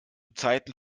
zeiten